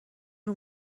اون